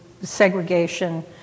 segregation